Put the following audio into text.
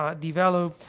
um developed,